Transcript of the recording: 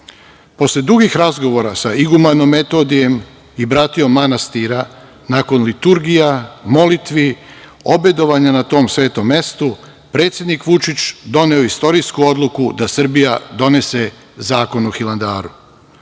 Posle dugih razgovora sa igumanom Metodijem i bratijom manastira, nakon liturgija, molitvi, obedovanje na tom svetom mestu, predsednik Vučić doneo je istorijsku odluku da Srbija donese Zakon o Hilandaru. Danas